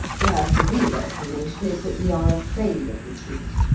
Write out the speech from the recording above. whereas the real explanation is that we are afraid of the truth.